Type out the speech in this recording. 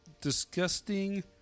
disgusting